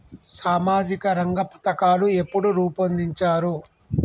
సామాజిక రంగ పథకాలు ఎప్పుడు రూపొందించారు?